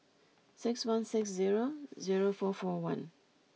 six one six zero zero four four one